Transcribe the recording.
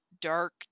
dark